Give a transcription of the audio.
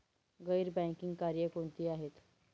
गैर बँकिंग कार्य कोणती आहेत?